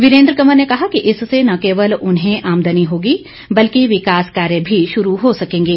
वीरेन्द्र कंवर ने कहा कि इससे न केवल उन्हें आमदनी होगी बल्कि विकास कार्य भी शुरू हो सकेंगे